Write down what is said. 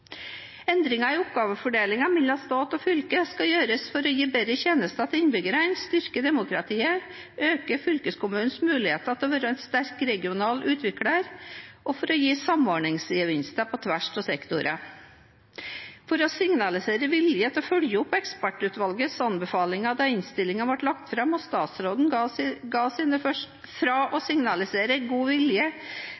Endringer i oppgavedelingen mellom stat og fylke skal gjøres for å gi bedre tjenester til innbyggerne, styrke demokratiet, øke fylkeskommunens muligheter til å være en sterk regional utvikler og gi samordningsgevinster på tvers av sektorer. Fra å signalisere vilje til å følge opp ekspertutvalgets anbefalinger da innstillingen ble lagt fram og statsråden ga